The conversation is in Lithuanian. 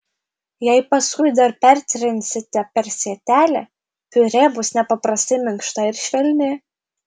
jei paskui dar pertrinsite per sietelį piurė bus nepaprastai minkšta ir švelni